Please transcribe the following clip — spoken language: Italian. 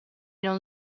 non